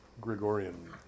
Gregorian